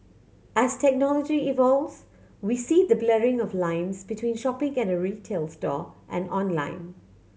as technology evolves we see the blurring of lines between shopping get a retail store and online